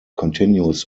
continues